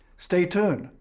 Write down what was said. stay tuned,